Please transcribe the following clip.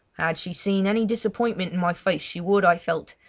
had she seen any disappointment in my face she would, i felt,